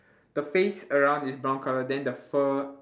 the face around is brown colour then the fur